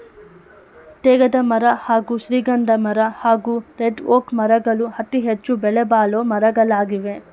ತೇಗದಮರ ಹಾಗೂ ಶ್ರೀಗಂಧಮರ ಹಾಗೂ ರೆಡ್ಒಕ್ ಮರಗಳು ಅತಿಹೆಚ್ಚು ಬೆಲೆಬಾಳೊ ಮರಗಳಾಗವೆ